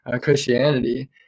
christianity